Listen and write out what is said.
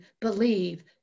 believe